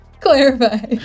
clarify